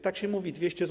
Tak się mówi: 200 zł.